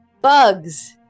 Bugs